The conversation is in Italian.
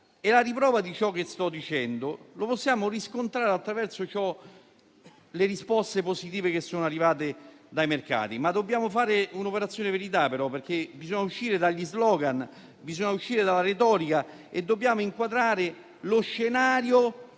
La riprova di ciò che sto dicendo la possiamo riscontrare attraverso le risposte positive che sono arrivate dai mercati, ma dobbiamo fare un'operazione verità, perché bisogna uscire dagli *slogan* e dalla retorica e inquadrare lo scenario